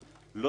לא צוין,